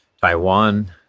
Taiwan